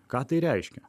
ką tai reiškia